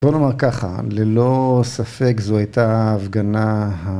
בוא נאמר ככה, ללא ספק זו הייתה הפגנה ה...